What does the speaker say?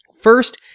First